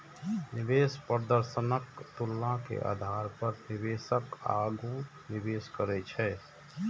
निवेश प्रदर्शनक तुलना के आधार पर निवेशक आगू निवेश करै छै